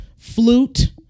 flute